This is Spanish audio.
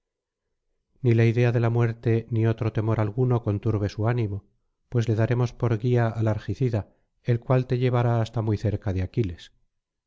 ni la idea de la muerte ni otro temor alguno conturbe su ánimo pues le daremos por guía al argicida el cual le llevará hasta muy cerca de aquiles